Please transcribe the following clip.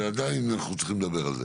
אבל עדיין אנחנו צריכים לדבר על זה.